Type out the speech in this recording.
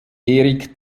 erik